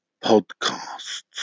podcasts